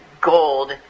gold